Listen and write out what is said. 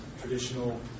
traditional